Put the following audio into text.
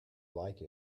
like